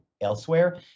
elsewhere